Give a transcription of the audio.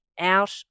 out